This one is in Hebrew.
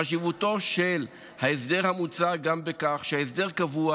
חשיבותו של ההסדר המוצע גם בכך שהסדר קבוע